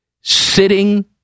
sitting